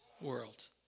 world